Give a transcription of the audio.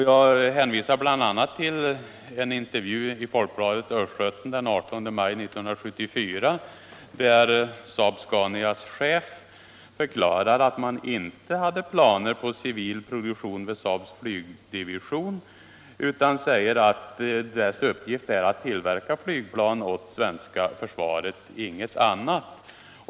Jag hänvisar bl.a. till en intervju i Folkbladet Östgöten den 18 maj 1974, där SAAB-SCANIA:s chef förklarade att man inte hade planer på civil produktion vid SAAB:s flygdivision utan sade att dess uppgift är att tillverka flygplan åt det svenska försvaret, ingenting annat.